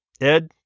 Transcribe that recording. Ed